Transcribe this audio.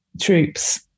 troops